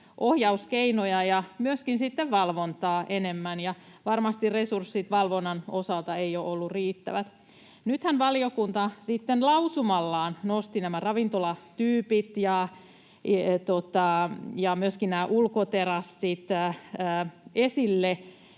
ohjauskeinoja ja myöskin sitten valvontaa enemmän, ja varmasti resurssit valvonnan osalta eivät ole olleet riittävät. Nythän valiokunta sitten lausumallaan nosti esille nämä ravintolatyypit ja myöskin nämä